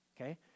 okay